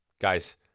guys